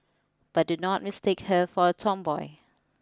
but do not mistake her for a tomboy